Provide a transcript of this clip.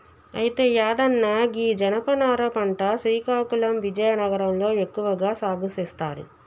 అయితే యాదన్న గీ జనపనార పంట శ్రీకాకుళం విజయనగరం లో ఎక్కువగా సాగు సేస్తారు